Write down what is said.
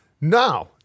Now